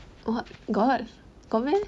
got got got meh